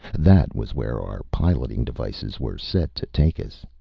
that was where our piloting devices were set to take us.